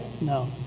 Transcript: No